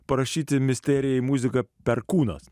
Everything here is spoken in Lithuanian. parašyti misterijai muziką perkūnas